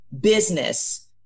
business